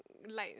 light